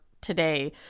today